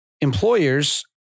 Employers